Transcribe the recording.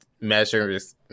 measurements